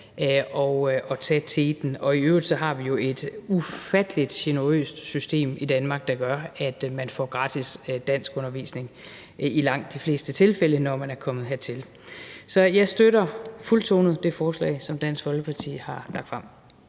at tage teten – i øvrigt har vi et ufattelig generøst system i Danmark, der gør, at man får gratis danskundervisning i langt de fleste tilfælde, når man er kommet her til landet. Så jeg støtter fuldtonet det forslag, som Dansk Folkeparti har fremsat.